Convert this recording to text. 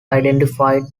identified